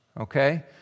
Okay